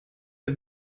der